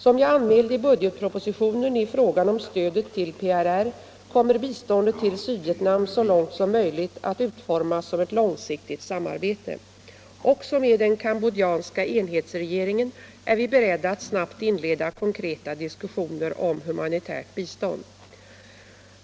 Som jag anmälde i budgetpropositionen i frågan om stödet till PRR kommer biståndet till Sydvietnam så långt som möjligt att utformas som ett långsiktigt samarbete. Också med den cambodjanska enhetsregeringen är vi beredda att snabbt inleda konkreta diskussioner om humanitärt bistånd.